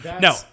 No